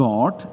God